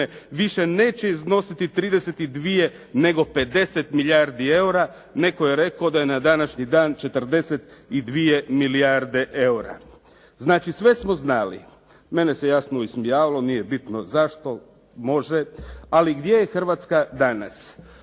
više neće iznositi 32 nego 50 milijardi eura. Netko je rekao da je na današnji dan 42 milijarde eura. Znači, sve smo znali. Mene se jasno ismijavalo nije bitno zašto, može ali gdje je Hrvatska danas.